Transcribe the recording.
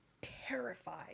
terrified